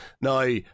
now